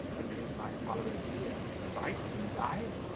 and leaue my followers here to fight and dye?